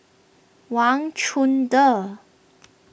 Wang Chunde